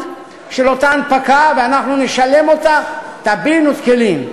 של אותה הנפקה ואנחנו נשלם אותה טבין ותקילין.